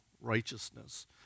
righteousness